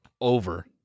over